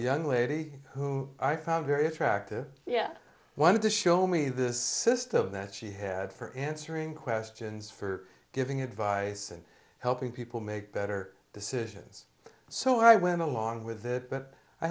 young lady whom i found very attractive yeah wanted to show me this system that she had for answering questions for giving advice and helping people make better decisions so i went along with it but i